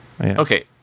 Okay